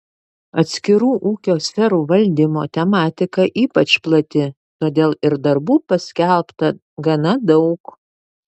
atskirų ūkio sferų valdymo tematika ypač plati todėl ir darbų paskelbta gana daug